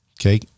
Okay